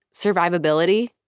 survivability,